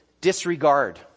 disregard